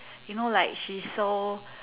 you know like she's so